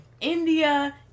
India